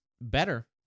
better